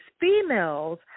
females